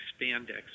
spandex